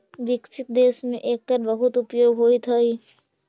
विकसित देश में एकर बहुत उपयोग होइत हई